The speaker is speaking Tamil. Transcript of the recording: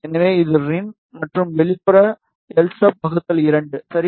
எனவே இது ரின் மற்றும் வெளிப்புறம் lsub 2 சரி